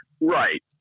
Right